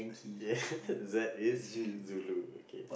Z is zulu okay